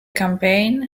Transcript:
campaign